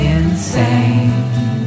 insane